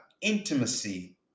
intimacy